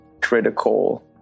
critical